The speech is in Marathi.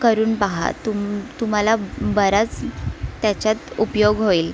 करून पाहा तुम तुम्हाला बराच त्याच्यात उपयोग होईल